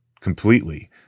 completely